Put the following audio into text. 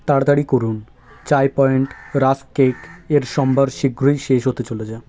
তাড়াতাড়ি করুন Chai Point rusk cake এর সম্ভার শীঘ্রই শেষ হতে চলেছে